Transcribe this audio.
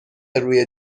روی